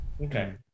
Okay